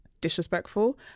disrespectful